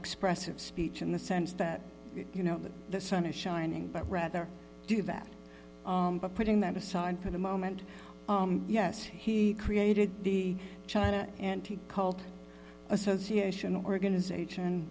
expressive speech in the sense that you know that the sun is shining but rather do that but putting that aside for the moment yes he created the china anti cult association organization